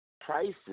prices